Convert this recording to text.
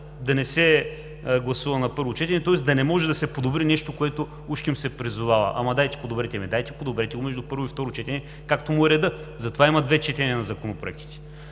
да не се гласува на първо четене, тоест да не може да се подобри нещо, за което ужким се призовава: „Ама дайте, подобрете!“ „Дайте, подобрете“ между първо и второ четене, както му е редът! Затова има две четения на законопроектите.